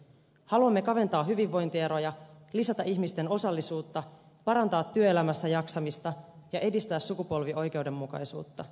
haluamme kaventaa hyvinvointieroja lisätä ihmisten osallisuutta parantaa työelämässä jaksamista ja edistää sukupolvioikeudenmukaisuutta